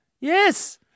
Yes